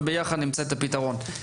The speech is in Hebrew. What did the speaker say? וביחד נמצא את הפתרון.